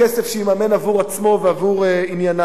הוא תמיד ימצא את הכסף שיממן עבור עצמו ועבור ענייניו,